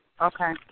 Okay